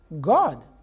god